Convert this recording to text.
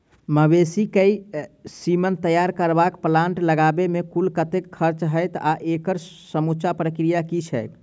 मवेसी केँ सीमन तैयार करबाक प्लांट लगाबै मे कुल कतेक खर्चा हएत आ एकड़ समूचा प्रक्रिया की छैक?